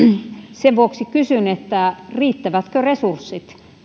sen vuoksi kysyn riittävätkö resurssit